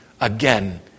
again